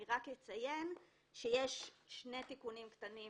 אני רק אציין שיש שני תיקונים קטנים